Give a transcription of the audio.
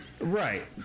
Right